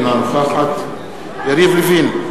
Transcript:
אינה נוכחת יריב לוין,